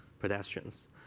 pedestrians